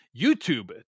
YouTube